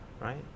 right